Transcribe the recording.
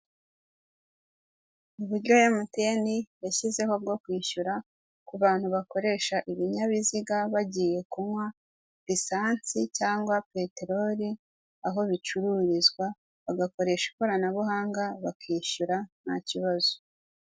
Uburyo MTN yashyizeho bwo kwishyura ku bantu bakoresha ibinyabiziga bagiye kunywa risansi cyangwa peteroli aho bicururizwa, bagakoresha ikoranabuhanga bakishyura ntakibazo.